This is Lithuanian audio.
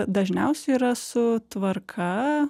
dažniausiai yra su tvarka